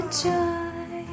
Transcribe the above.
joy